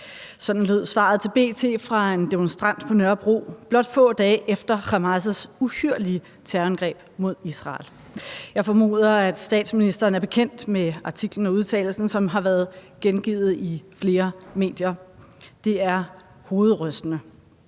Sådan lød svaret til B.T. fra en demonstrant på Nørrebro blot få dage efter Hamas' uhyrlige terrorangreb mod Israel. Jeg formoder, at statsministeren er bekendt med artiklen og udtalelsen, som har været gengivet i flere medier. Det er hovedrystende.